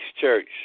church